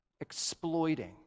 exploiting